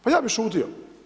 Pa ja bi šutio.